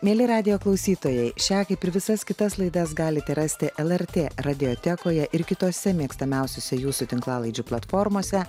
mieli radijo klausytojai šią kaip ir visas kitas laidas galite rasti lrt radiotekoje ir kitose mėgstamiausiose jūsų tinklalaidžių platformose